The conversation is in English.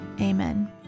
Amen